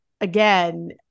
again